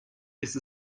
ist